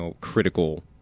critical